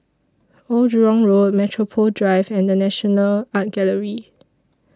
Old Jurong Road Metropole Drive and The National Art Gallery